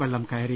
വെള്ളം കയറി